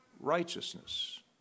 Righteousness